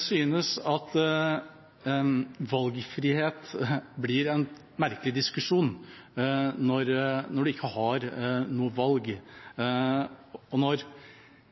synes at det med valgfrihet blir en merkelig diskusjon når man ikke har noe valg,